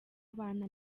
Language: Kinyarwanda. abana